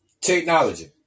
Technology